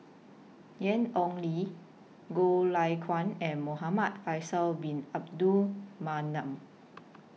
Ian Ong Li Goh Lay Kuan and Muhamad Faisal Bin Abdul Manap